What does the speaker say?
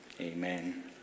amen